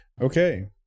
Okay